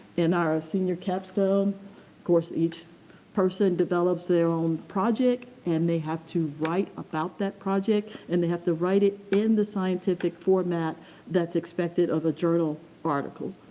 in our ah senior capstone course each person develops their own project and they have to write about that project and they have to write it in the scientific format that's expected of a journal article.